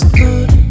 good